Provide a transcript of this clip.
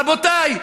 רבותיי,